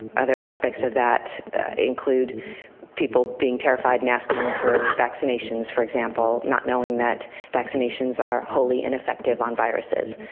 other aspects of that include people being terrified and and asking them for vaccinations, for example, not knowing that vaccinations are wholly ineffective on viruses.